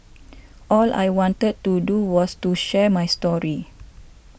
all I wanted to do was to share my story